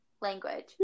language